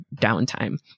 downtime